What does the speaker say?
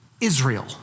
Israel